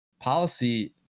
policy